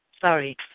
sorry